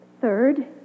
Third